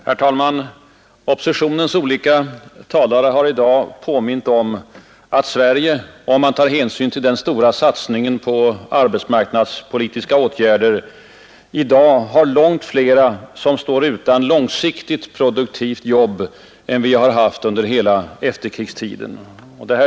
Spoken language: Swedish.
Herr talman! Oppositionens olika talare har i dag påmint om att Sverige, om man tar hänsyn till den stora satsningen på arbetsmarknadspolitiska åtgärder, i dag har långt flera som står utan långsiktigt produktivt jobb än under hela efterkrigstiden.